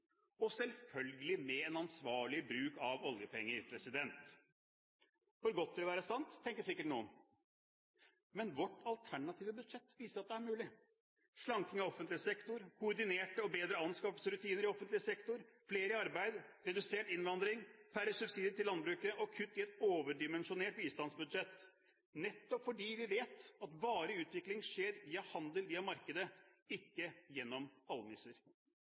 og selvfølgelig med en ansvarlig bruk av oljepenger. For godt til å være sant, tenker sikkert noen, men vårt alternative budsjett viser at det er mulig – slanking av offentlig sektor, koordinerte og bedre anskaffelsesrutiner i offentlig sektor, flere i arbeid, redusert innvandring, færre subsidier til landbruket og kutt i et overdimensjonert bistandsbudsjett – nettopp fordi vi vet at varig utvikling skjer via handel, via markedet, ikke gjennom